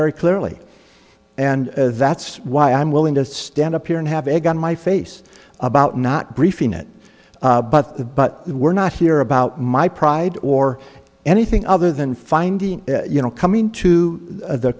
very clearly and that's why i'm willing to stand up here and have egg on my face about not briefing it but the but we're not here about my pride or anything other than finding you know coming to the